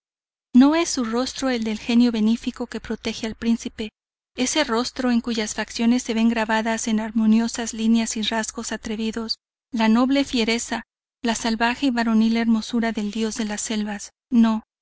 no es su rostro el del genio benéfico que protege al príncipe ese rostro en cuyas facciones se ven grabadas en armoniosas líneas y rasgos atrevidos la noble fiereza la salvaje y varonil hermosura del dios de las selvas no